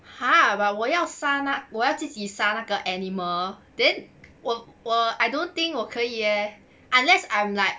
!huh! but 我要杀那我要自己那个 animal then 我我 I don't think 我可以 leh unless I'm like